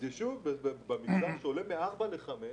במגזר שעולה מארבע לחמש.